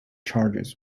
charges